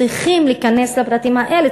צריכים להיכנס לפרטים האלה,